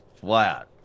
flat